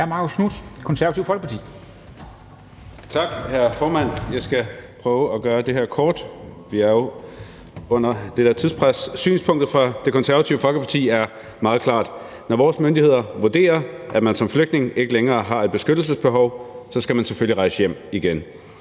Marcus Knuth (KF): Tak, hr. formand. Jeg skal prøve at gøre det her kort, vi er jo under det der tidspres. Synspunktet fra Det Konservative Folkepartis side er meget klart: Når vores myndigheder vurderer, at man som flygtning ikke længere har et beskyttelsesbehov, skal man selvfølgelig rejse hjem igen.